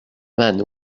man